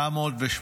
918